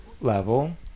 level